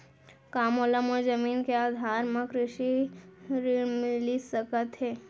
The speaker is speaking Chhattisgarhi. का मोला मोर जमीन के आधार म कृषि ऋण मिलिस सकत हे?